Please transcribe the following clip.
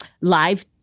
live